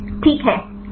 ठीक है